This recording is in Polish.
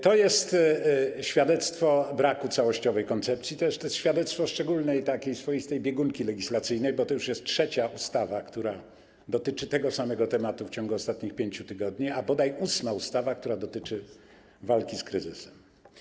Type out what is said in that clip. To jest świadectwo braku całościowej koncepcji, to jest też świadectwo swoistej biegunki legislacyjnej, bo to już jest trzecia ustawa, która dotyczy tego samego tematu w ciągu ostatnich 5 tygodni, a bodaj ósma ustawa, która dotyczy walki z kryzysem.